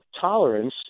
tolerance